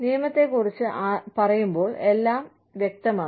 നിയമത്തെ കുറിച്ച് പറയുമ്പോൾ എല്ലാം വ്യക്തമാണ്